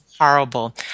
horrible